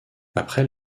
après